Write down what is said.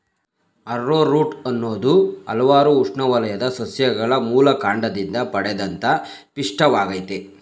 arrowroot ಅನ್ನೋದು ಹಲ್ವಾರು ಉಷ್ಣವಲಯದ ಸಸ್ಯಗಳ ಮೂಲಕಾಂಡದಿಂದ ಪಡೆದಂತ ಪಿಷ್ಟವಾಗಯ್ತೆ